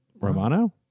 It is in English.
Romano